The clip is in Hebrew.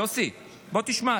תשמע,